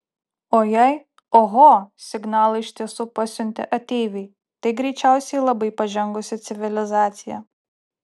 o jei oho signalą iš tiesų pasiuntė ateiviai tai greičiausiai labai pažengusi civilizacija